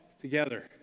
together